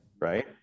Right